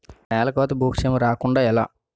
నేలకోత భూక్షయం రాకుండ ఎలా?